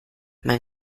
man